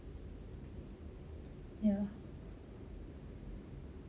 ya